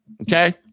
Okay